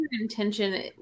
Intention